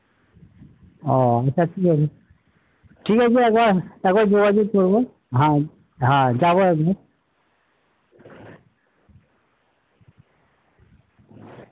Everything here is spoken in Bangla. ও এটা কী ওই ঠিক আছে একবার একবার যোগাযোগ করবো হ্যাঁ হ্যাঁ যাবো এক দিন